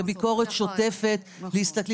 כביקורת שוטפת שלנו,